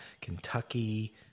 Kentucky